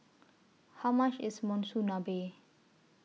How much IS Monsunabe